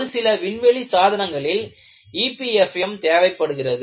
ஒரு சில விண்வெளி சாதனங்களில் EPFM தேவைப்படுகிறது